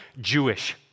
Jewish